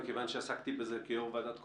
מכיוון שעסקתי בזה כיושב ראש ועדת הקורונה,